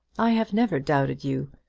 i have never doubted you.